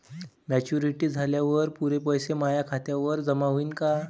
Maturity झाल्यावर पुरे पैसे माया खात्यावर जमा होईन का?